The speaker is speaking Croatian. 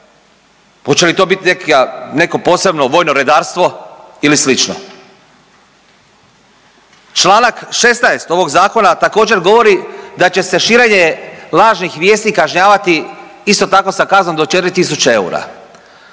Hoće li to biti neko posebno vojno redarstvo ili slično? Članak 16. ovog zakona također govori da će se širenje lažnih vijesti kažnjavati isto tako sa kaznom do 4.000 eura.